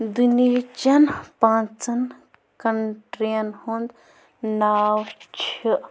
دُنہیٖچن پانژَن کَنٹریَن ہُند ناو چھِ